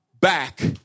back